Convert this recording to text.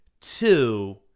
two